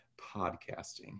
podcasting